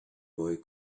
boy